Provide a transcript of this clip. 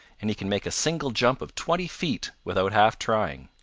and he can make a single jump of twenty feet without half trying.